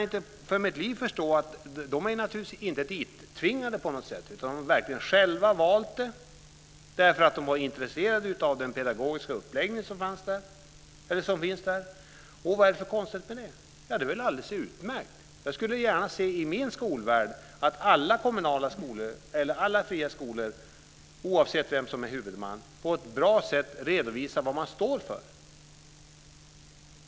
De är naturligtvis inte dittvingade på något sätt. De har själva valt det därför att de var intresserade av den pedagogiska uppläggning som finns i skolan. Vad är det för konstigt med det? Det är väl alldeles utmärkt. I min skolvärld skulle jag gärna se att alla fria skolor, oavsett vem som är huvudman, på ett bra sätt redovisar vad de står för.